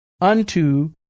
unto